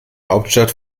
hauptstadt